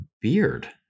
beard